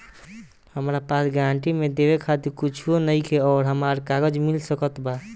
हमरा पास गारंटी मे देवे खातिर कुछूओ नईखे और हमरा कर्जा मिल सकत बा?